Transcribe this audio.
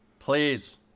Please